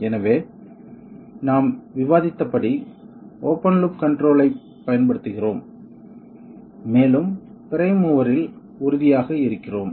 எனவே நாம் விவாதித்தபடி ஓப்பன் லூப் கன்ட்ரோல் ஐப் பயன்படுத்துகிறோம் மேலும் பிரைம் மூவரில் உறுதியாக இருக்கிறோம்